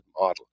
model